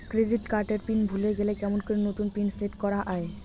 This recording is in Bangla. ক্রেডিট কার্ড এর পিন ভুলে গেলে কেমন করি নতুন পিন সেট করা য়ায়?